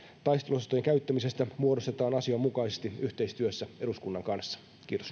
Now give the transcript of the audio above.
taisteluosastojen käyttämisestä muodostetaan asianmukaisesti yhteistyössä eduskunnan kanssa